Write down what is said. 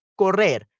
correr